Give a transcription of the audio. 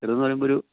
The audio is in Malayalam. ഇതെന്ന് പറയുമ്പോൾ ഒരു